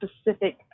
specific